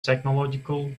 technological